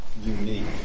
unique